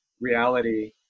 reality